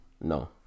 No